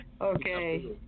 Okay